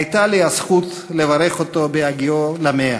הייתה לי הזכות לברך אותו בהגיעו ל-100.